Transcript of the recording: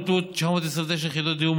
בוטלו 929 יחידות דיור,